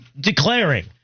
declaring